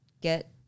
get